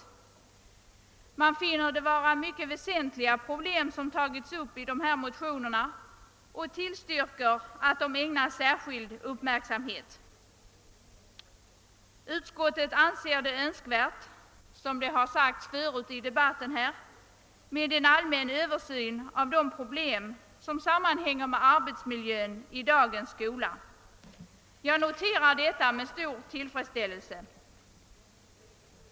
Utskottet finner det vara mycket väsentliga problem som tagits upp i dessa motioner och tillstyrker att de ägnas särskild uppmärksamhet. Utskottet anser det önskvärt, som det sagts förut i debatten, med en ållmän översyn av de problem som sammanhänger med arbetsmiljön i dagens skola. Jag noterar detta med stor tillfredsställelse.